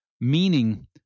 Meaning